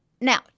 Now